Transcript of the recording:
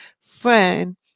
friend